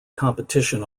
competition